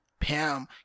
Pam